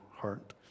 heart